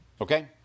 Okay